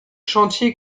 chantiers